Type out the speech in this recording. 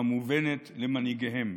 המובנת למנהיגיהן.